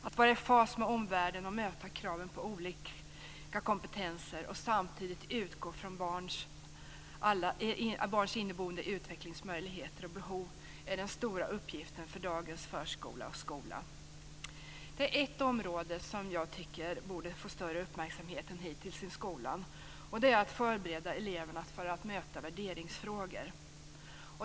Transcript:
Att vara i fas med omvärlden och möta kraven på olika kompetenser och samtidigt utgå från barns inneboende utvecklingsmöjligheter och behov är den stora uppgiften för dagens förskola och skola. Det är ett område som jag tycker borde få större uppmärksamhet än hittills i skolan. Det är att förbereda eleverna för att möta värderingsfrågor.